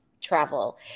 travel